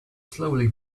slowly